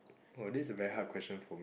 !wah! this is a very hard question for